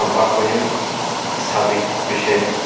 ꯇꯝꯄꯥꯛꯃꯌꯨꯝ ꯁꯥꯗꯤꯛ ꯍꯨꯏꯁꯦꯟ